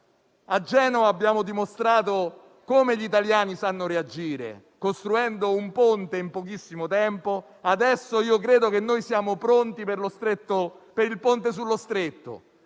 A Genova abbiamo dimostrato come gli italiani sanno reagire, costruendo un ponte in pochissimo tempo. Adesso credo che siamo pronti per il ponte sullo Stretto,